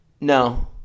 No